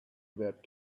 about